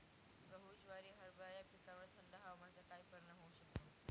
गहू, ज्वारी, हरभरा या पिकांवर थंड हवामानाचा काय परिणाम होऊ शकतो?